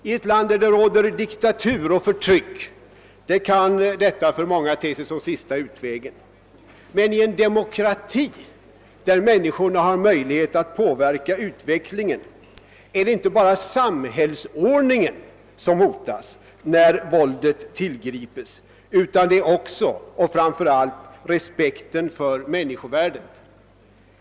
I ett land där det råder diktatur och förtryck kan detta för många te sig som sista utvägen, men i en demokrati där människorna har möjlighet att påverka utvecklingen är det inte bara samhällsordningen som hotas när våld tillgrips utan det är också och framför allt respekten för människovärdet.